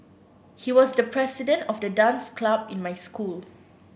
he was the president of the dance club in my school